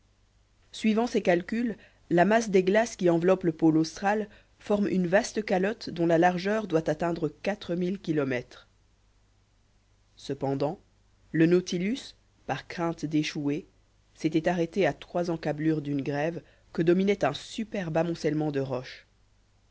suivant ses calculs la masse des glaces qui enveloppent le pôle austral forme une vaste calotte dont la largeur doit atteindre quatre mille kilomètres cependant le nautilus par crainte d'échouer s'était arrêté à trois encablures d'une grève que dominait un superbe amoncellement de roches